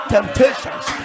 Temptations